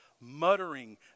muttering